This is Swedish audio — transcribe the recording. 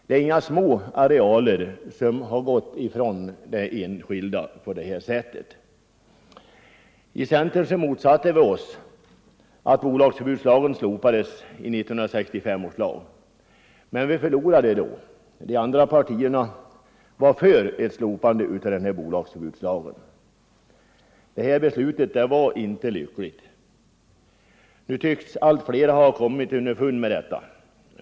Det är inga små arealer som på detta sätt har gått ifrån de enskilda. I centern motsatte vi oss att bolagsförbudslagen slopades år 1965. Men vi förlorade. De andra partierna var för ett slopande av den lagen. Det var inte lyckligt. Nu tycks emellertid allt fler ha kommit underfund med detta.